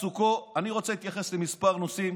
אני רוצה להתייחס לכמה נושאים